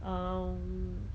um